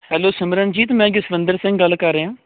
hello Simranjeet ਮੈਂ ਜਸਵਿੰਦਰ ਸਿੰਘ ਗੱਲ ਕਰ ਰਿਹਾ